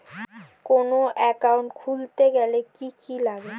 কোন একাউন্ট খুলতে গেলে কি কি লাগে?